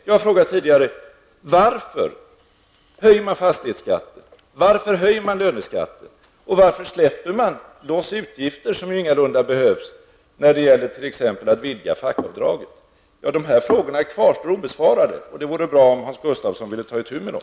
Jag har tidigare frågat: Varför höjer man fastighetsskatten, varför höjer man löneskatten, och varför släpper man loss utgifter som ingalunda behövs, t.ex. när det gäller att vidga fackavdragen? De här frågorna kvarstår obesvarade, och det vore bra om Hans Gustafsson ville ta itu med dem.